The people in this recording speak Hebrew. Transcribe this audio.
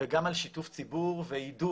וגם על שיתוף ציבור ויידוע.